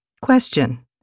Question